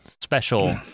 special